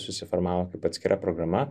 susiformavo kaip atskira programa